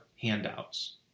handouts